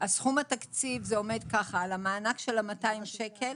סכום התקציב על המענק של ה-200 שקלים